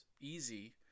easy